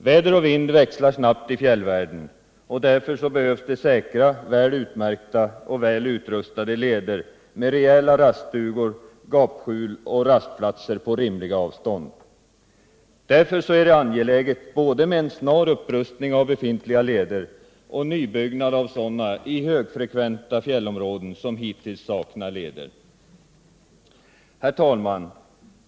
Väder och vind växlar snabbt i fjällvärlden, och därför behövs säkra, väl utmärkta och väl rustade leder med rejäla raststugor, gapskjul och rastplatser på rimliga avstånd. Därför är det angeläget med både en snar upprustning av befintliga leder och nybyggnad av sådana i högfrekventa områden som hittills saknar Herr talman!